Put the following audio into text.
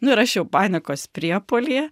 nu ir aš jau panikos priepuolyje